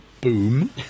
Boom